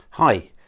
Hi